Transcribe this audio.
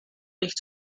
nicht